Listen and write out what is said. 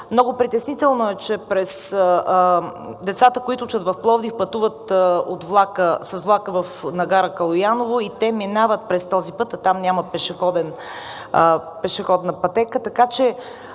Много притеснително е, че децата, които учат в Пловдив, пътуват с влака на гара Калояново и те минават през този път, а там няма пешеходна пътека.